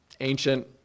ancient